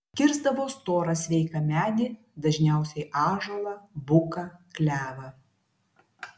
kirsdavo storą sveiką medį dažniausiai ąžuolą buką klevą